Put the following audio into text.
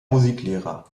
musiklehrer